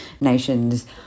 nations